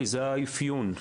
זהו האפיון.